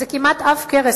זה כמעט עב כרס,